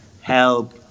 help